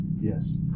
Yes